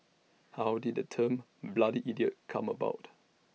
how did the term bloody idiot come about